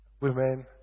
women